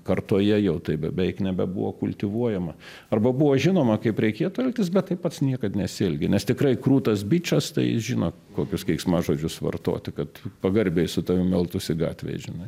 kartoje jau taip beveik nebebuvo kultivuojama arba buvo žinoma kaip reikėtų elgtis bet taip pats niekad nesielgia nes tikrai krūtas bičas tai žino kokius keiksmažodžius vartoti kad pagarbiai su tavim elgtųsi gatvėj žinai